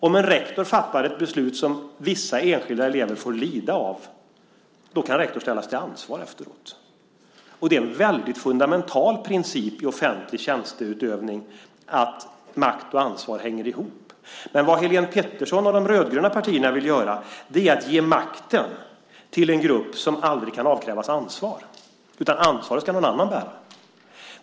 Om en rektor fattar ett beslut som vissa enskilda elever får lida av kan rektorn ställas till ansvar efteråt. Det är en väldigt fundamental princip i offentlig tjänsteutövning att makt och ansvar hänger ihop. Vad Helene Petersson och de rödgröna partierna vill göra är att ge makten till en grupp som aldrig kan avkrävas ansvar, utan ansvaret ska någon annan bära.